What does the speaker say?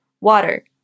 Water